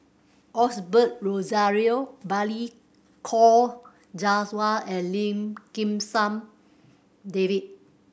Osbert Rozario Balli Kaur Jaswal and Lim Kim San David